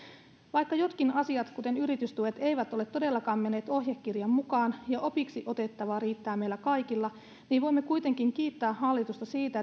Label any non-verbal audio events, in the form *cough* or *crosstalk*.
vaikka jotkin asiat kuten yritystuet eivät ole todellakaan menneet ohjekirjan mukaan ja opiksi otettavaa riittää meillä kaikilla niin voimme kuitenkin kiittää hallitusta siitä *unintelligible*